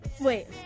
Wait